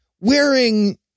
Wearing